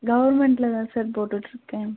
கவர்மெண்ட்ல தான் சார் போட்டுட்டுருக்கேன்